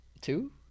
Two